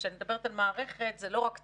כשאני מדברת על מערכת, זה לא רק צבא.